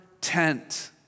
tent